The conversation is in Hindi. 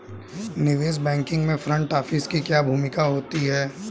निवेश बैंकिंग में फ्रंट ऑफिस की क्या भूमिका होती है?